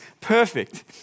perfect